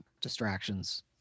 distractions